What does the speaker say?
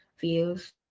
views